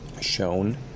shown